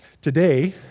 Today